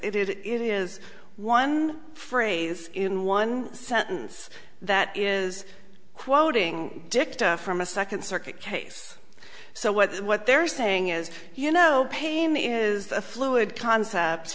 it is one phrase in one sentence that is quoting dicta from a second circuit case so what what they're saying is you know pain is a fluid concept